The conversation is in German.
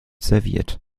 serviert